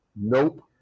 Nope